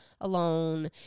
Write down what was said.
alone